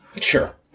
Sure